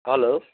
hello